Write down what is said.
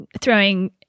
throwing